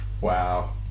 wow